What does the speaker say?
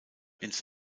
ins